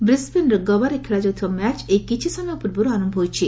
ବ୍ରିସ୍ବେନ୍ର ଗବାରେ ଖେଳାଯାଉଥିବା ମ୍ୟାଚ୍ ଏଇ କିଛି ସମୟ ପୂର୍ବରୁ ଆରମ୍ଭ ହୋଇଛି